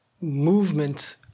movement